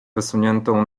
wysuniętą